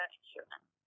insurance